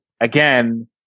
again